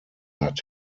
hat